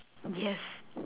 yes